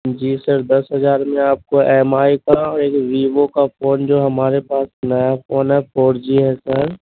جی sir دس ہزار میں آپ کو ایم آئی کا اور یہ ویوو کا فون جو ہے ہمارے پاس نیا فون ہے فور جی ہے سر